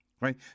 right